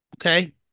Okay